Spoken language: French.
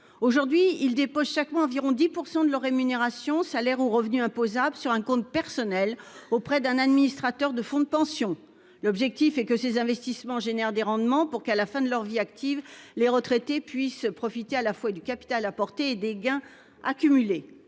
Aujourd'hui, ils déposent chaque mois environ 10 % de leurs rémunérations- salaires ou revenus imposables -sur un compte personnel auprès d'un administrateur de fonds de pension. L'objectif est que ces investissements produisent des rendements pour qu'à la fin de leur vie active les retraités puissent profiter à la fois du capital apporté et des gains accumulés.